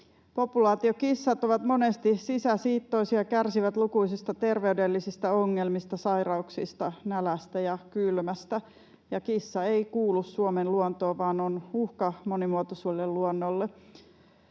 Populaatiokissat ovat monesti sisäsiittoisia, kärsivät lukuisista terveydellisistä ongelmista, sairauksista, nälästä ja kylmästä. Ja kissa ei kuulu Suomen luontoon vaan on uhka monimuotoiselle luonnolle.